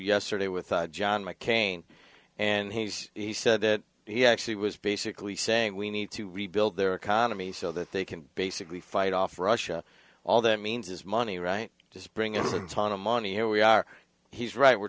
yesterday with john mccain and he said that he actually was basically saying we need to rebuild their economy so that they can basically fight off russia all that means is money right to spring is a ton of money here we are he's right we're